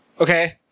Okay